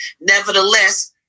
nevertheless